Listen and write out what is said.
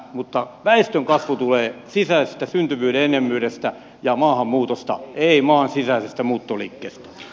mutta väestönkasvu tulee sisäisestä syntyvyyden enemmyydestä ja maahanmuutosta ei maan sisäisestä muuttoliikkeestä